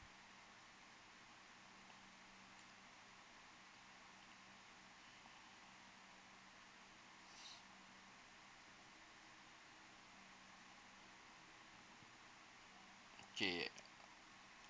okay